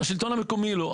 השלטון המקומי לא.